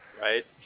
Right